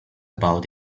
about